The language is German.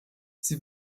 sie